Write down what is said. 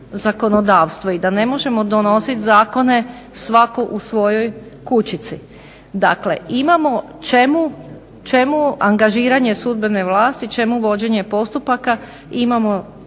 zakonodavstvo i da ne možemo donosit zakone svatko u svojoj kućici. Dakle imamo, čemu angažiranje sudbene vlasti, čemu vođenje postupaka, imamo